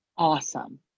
awesome